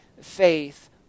faith